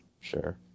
Sure